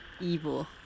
evil